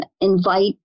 invite